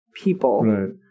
people